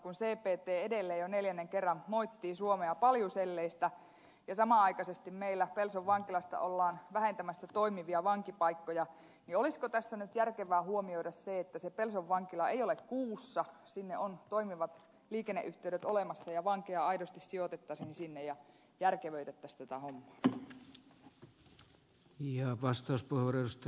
kun cpt edelleen jo neljännen kerran moittii suomea paljuselleistä ja samanaikaisesti meillä pelson vankilasta ollaan vähentämässä toimivia vankipaikkoja niin olisiko tässä nyt järkevää huomioida se että kun se pelson vankila ei ole kuussa sinne on toimivat liikenneyhteydet olemassa niin vankeja aidosti sijoitettaisiin sinne ja järkevöitettäisiin tätä hommaa